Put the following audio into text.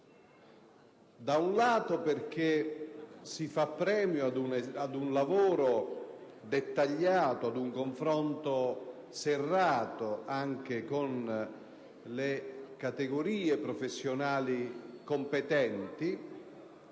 da un lato, per premiare un lavoro dettagliato ed un confronto serrato anche con le categorie professionali competenti